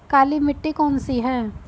काली मिट्टी कौन सी है?